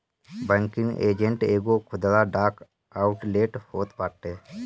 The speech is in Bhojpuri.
बैंकिंग एजेंट एगो खुदरा डाक आउटलेट होत बाटे